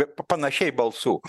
panašiai balsų